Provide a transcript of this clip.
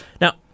Now